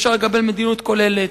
אפשר לקבל מדיניות כוללת,